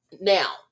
Now